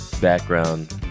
background